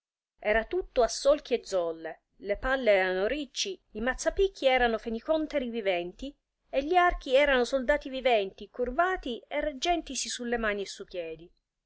era tutto a solchi e zolle le palle erano ricci i mazzapicchi erano fenicònteri viventi e gli archi erano soldati viventi curvati e reggentisi sulle mani e su piedi